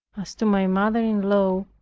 as to my mother-in-law,